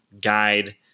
guide